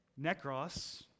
Necros